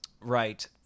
Right